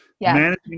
Managing